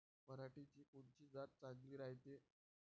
पऱ्हाटीची कोनची जात चांगली रायते?